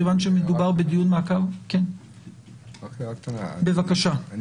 מכיוון שמדובר בדיון מעקב --- רק הערה קטנה.